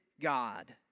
God